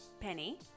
Penny